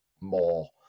more